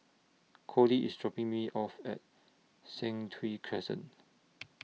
Kody IS dropping Me off At Sentul Crescent